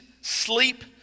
sleep